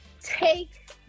Take